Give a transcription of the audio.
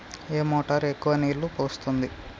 ఏ motor ఎక్కువ నీళ్లు పోస్తుంది?